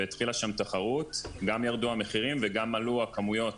והתחילה שם תחרות גם ירדו המחירים וגם עלו הכמויות